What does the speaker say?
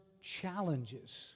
challenges